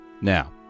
Now